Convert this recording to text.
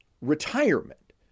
retirement